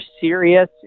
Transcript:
serious